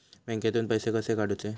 बँकेतून पैसे कसे काढूचे?